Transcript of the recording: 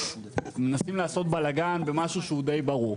מנסים לעשות בלגן במשהו שהוא די ברור.